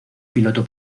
piloto